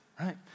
right